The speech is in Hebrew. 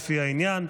לפי העניין.